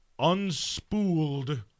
unspooled